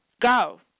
go